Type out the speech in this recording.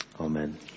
Amen